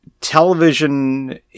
television